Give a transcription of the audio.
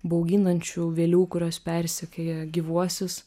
bauginančių vėlių kurios persekioja gyvuosius